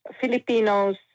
Filipinos